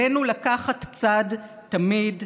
"עלינו לקחת צד תמיד.